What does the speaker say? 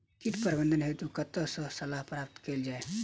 कीट प्रबंधन हेतु कतह सऽ सलाह प्राप्त कैल जाय?